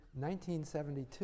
1972